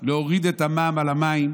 על הורדת את המע"מ על המים.